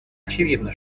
очевидно